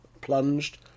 plunged